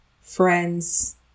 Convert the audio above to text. friends